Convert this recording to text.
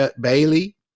Bailey